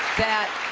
that,